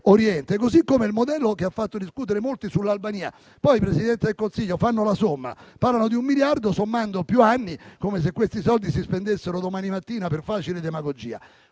lo stesso modello che ha fatto discutere molti sull'Albania - tra l'altro, Presidente del Consiglio, fanno la somma, parlano di un miliardo sommando più anni come se questi soldi si spendessero domani mattina, per facile demagogia